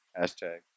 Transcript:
Hashtag